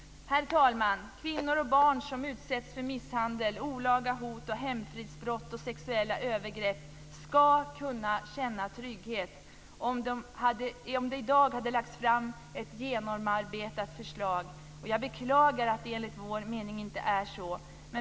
Herr talman! Kvinnor och barn som utsätts för misshandel, olaga hot, hemfridsbrott och sexuella övergrepp skulle kunna känna trygghet om det i dag hade lagts fram ett genomarbetat förslag. Jag beklagar att det enligt vår mening inte är så.